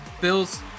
bills